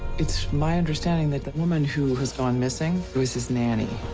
it's my understanding that the woman who has gone missing, was his nanny.